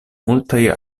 multaj